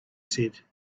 said